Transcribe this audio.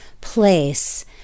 place